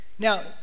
Now